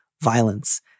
violence